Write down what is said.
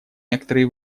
некоторые